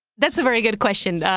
that's a very good question.